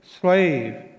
slave